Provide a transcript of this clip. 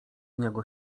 niego